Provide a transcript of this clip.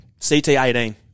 CT18